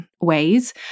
ways